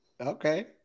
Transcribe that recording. Okay